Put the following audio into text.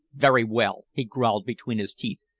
very well, he growled between his teeth,